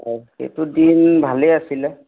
অঁ এইটো দিন ভালেই আছিলে